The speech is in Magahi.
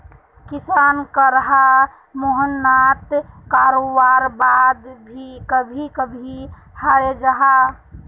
किसान करा मेहनात कारवार बाद भी कभी कभी हारे जाहा